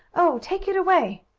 oh, take it away!